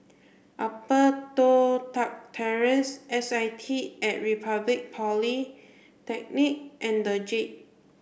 Upper Toh Tuck Terrace S I T at Republic Polytechnic and the Jade